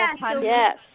yes